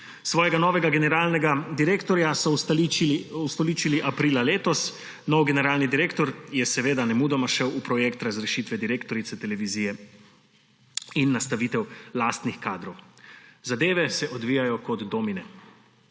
Svojega novega generalnega direktorja so ustoličili aprila letos, nov generalni direktor je seveda nemudoma šel v projekt razrešitve direktorice Televizije in nastavitev lastnih kadrov. Zadeve se odvijajo kot domine.